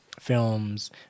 films